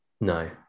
No